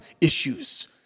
issues